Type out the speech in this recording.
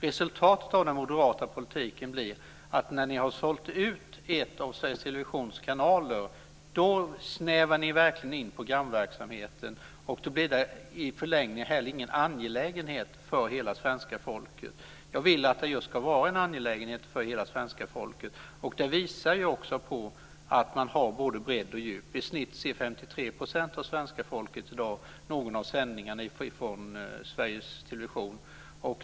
Resultatet av den moderata politiken blir att när ni har sålt ut en av Sveriges Televisions kanaler snävar ni verkligen in programverksamheten. I förlängningen blir det inte heller någon angelägenhet för hela svenska folket. Jag vill att det just ska vara en angelägenhet för hela svenska folket. Det finns siffror som visar att man har både bredd och djup. I genomsnitt ser 53 % av svenska folket i dag någon av sändningarna från Sveriges Television.